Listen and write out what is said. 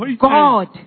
God